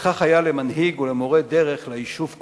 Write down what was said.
וכך היה למנהיג ולמורה דרך ליישוב כולו,